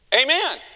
Amen